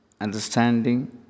understanding